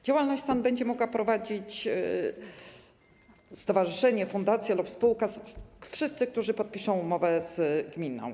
Działalność SAN będą mogły prowadzić stowarzyszenie, fundacja, spółka - wszyscy, którzy podpiszą umowę z gminą.